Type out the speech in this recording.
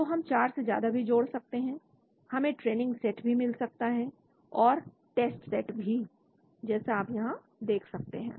तो हम 4 से ज्यादा भी जोड़ सकते हैं हमें ट्रेनिंग सेट भी मिल सकता है और टेस्ट सेट भी जैसा आप यहां देख सकते हैं